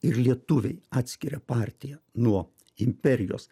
ir lietuviai atskiria partiją nuo imperijos